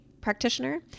practitioner